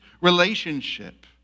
relationship